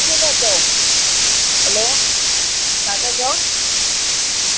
खीर था चओ हलो छा था चओ हा